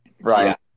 Right